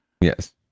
Yes